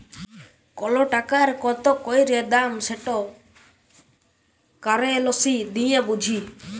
call টাকার কত ক্যইরে দাম সেট কারেলসি দিঁয়ে বুঝি